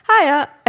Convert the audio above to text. Hiya